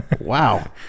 Wow